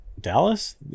Dallas